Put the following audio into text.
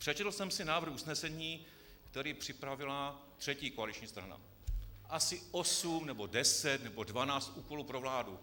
Přečetl jsem si návrh usnesení, který připravila třetí koaliční strana, asi osm, deset nebo dvanáct úkolů pro vládu.